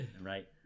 Right